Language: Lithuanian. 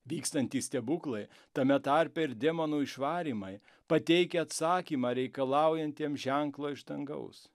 vykstantys stebuklai tame tarpe ir demonų išvarymai pateikia atsakymą reikalaujantiems ženklo iš dangaus